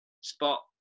spot